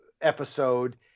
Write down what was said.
episode